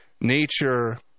nature